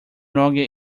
roque